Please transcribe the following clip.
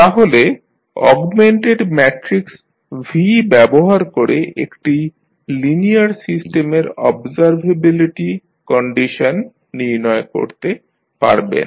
তাহলে augmented matrix V ব্যবহার করে একটি লিনিয়ার সিস্টেমের অবজারভেবিলিটি কন্ডিশন নির্ণয় করতে পারবেন